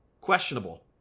Questionable